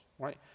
Right